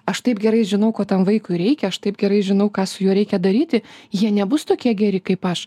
aš taip gerai žinau ko tam vaikui reikia aš taip gerai žinau ką su juo reikia daryti jie nebus tokie geri kaip aš